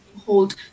hold